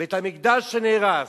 בית-המקדש שנהרס,